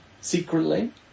secretly